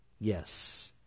Yes